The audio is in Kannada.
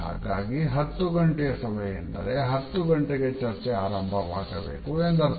ಹಾಗಾಗಿ ಹತ್ತು ಗಂಟೆಯ ಸಭೆಯೆಂದರೆ 10 ಗಂಟೆಗೆ ಚರ್ಚೆ ಆರಂಭವಾಗಬೇಕು ಎಂದರ್ಥ